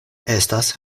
estas